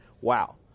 Wow